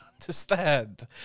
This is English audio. understand